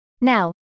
Now